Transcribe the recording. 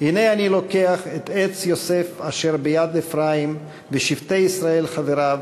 "הנה אני לֹקח את עץ יוסף אשר ביד אפרים ושבטי ישראל חֲבֵרָו.